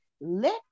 let